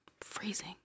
Freezing